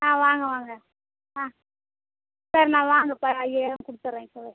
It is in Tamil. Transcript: ஆ வாங்க வாங்க ஆ சரி வாங்க சார் நான் ஐயாயிரம் கொடுத்துடுறேன்ங்க சார்